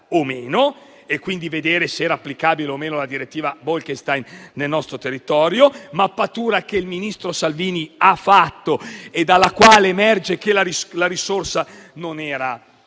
e, quindi, se fosse applicabile o no la direttiva Bolkestein nel nostro territorio; mappatura che il ministro Salvini ha fatto e dalla quale emerge che la risorsa non era